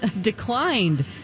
declined